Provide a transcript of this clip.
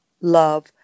love